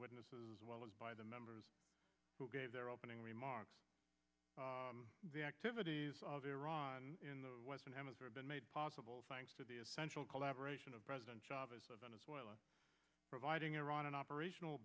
witnesses as well as by the members who gave their opening remarks the activities of iran in the western hemisphere been made possible thanks to the essential collaboration of president chavez of venezuela providing iran an operational